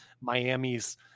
Miami's